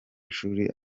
mashuri